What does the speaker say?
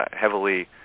heavily